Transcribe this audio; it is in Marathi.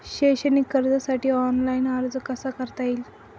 शैक्षणिक कर्जासाठी ऑनलाईन अर्ज कसा करता येईल?